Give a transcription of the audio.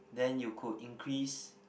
then you could increase